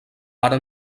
ara